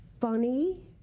funny